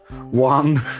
One